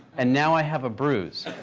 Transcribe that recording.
and now i have a bruise.